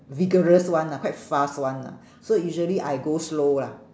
vigorous [one] lah quite fast [one] lah so usually I go slow lah